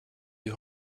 you